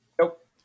Nope